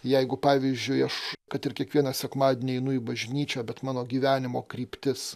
jeigu pavyzdžiui aš kad ir kiekvieną sekmadienį einu į bažnyčią bet mano gyvenimo kryptis